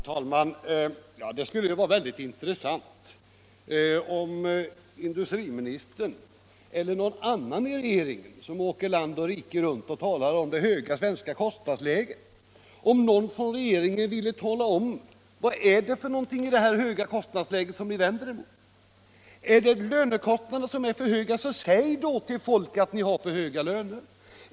Herr talman! Det skulle vara mycket intressant om industriministern eller någon annan i regeringen, som reser land och rike runt och talar om det höga svenska kostnadsläget, ville tala om vad det är ni vänder er emot när det gäller det höga kostnadsläget. Är det lönekostnaderna som är för höga, så säg då till människorna att de har för höga löner!